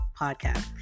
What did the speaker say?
Podcast